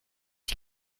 die